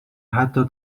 حتی